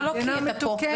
לא כי אתה פה,